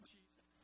Jesus